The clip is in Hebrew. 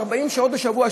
40 שעות בשבוע.